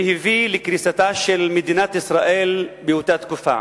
שהביא לקריסתה של מדינת ישראל באותה תקופה.